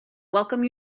welcome